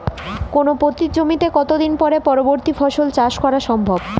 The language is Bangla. কোনো পতিত জমিতে কত দিন পরে পরবর্তী ফসল চাষ করা সম্ভব?